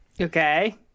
okay